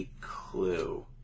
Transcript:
Clue